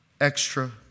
Extra